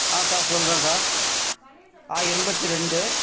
ஆ sir சொல்கிறேன் sir ஆ எண்பத்தி ரெண்டு